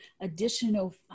additional